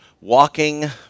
Walking